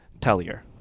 tellier